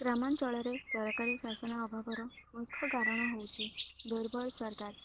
ଗ୍ରାମାଞ୍ଚଳରେ ସରକାରୀ ଶାସନ ଅଭାବର ମୁଖ୍ୟ କାରଣ ହେଉଛି ଦୁର୍ବଳ ସରକାର